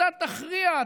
אתה תכריע,